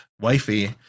wifey